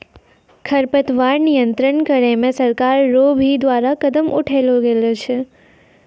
खरपतवार नियंत्रण करे मे सरकार रो भी द्वारा कदम उठैलो गेलो छै